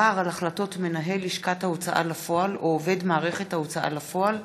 (ערר על החלטות מנהל לשכת ההוצאה לפועל או עובד מערכת ההוצאה לפועל),